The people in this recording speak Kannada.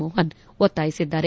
ಮೋಹನ್ ಒತ್ತಾಯಿಸಿದ್ದಾರೆ